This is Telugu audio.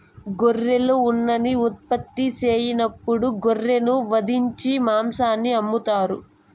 గొర్రెలు ఉన్నిని ఉత్పత్తి సెయ్యనప్పుడు గొర్రెలను వధించి మాంసాన్ని అమ్ముతారు